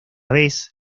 vez